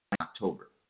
October